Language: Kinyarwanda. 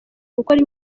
gukora